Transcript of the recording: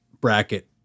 bracket